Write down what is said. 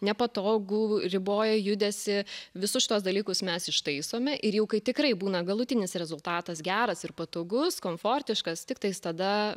nepatogu riboja judesį visus šituos dalykus mes ištaisome ir jau kai tikrai būna galutinis rezultatas geras ir patogus komfortiškas tiktais tada